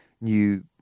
new